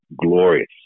glorious